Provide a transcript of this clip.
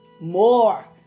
more